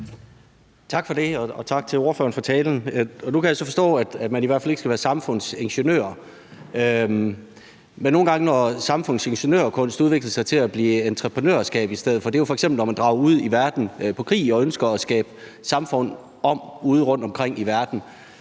Tak for det. Og tak til ordføreren for talen. Nu kan jeg så forstå, at man i hvert fald ikke skal være samfundsingeniør, men nogle gange udvikler samfundsingeniørkunst sig til at blive entreprenørskab i stedet for, og det er jo f.eks., når man drager i krig ude i verden og ønsker at ændre samfund udeomkring i verden.